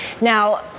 Now